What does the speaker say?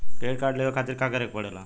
Credit card लेवे खातिर का करे के पड़ेला?